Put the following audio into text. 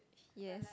yes